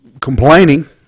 complaining